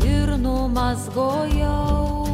ir numazgojau